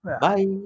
Bye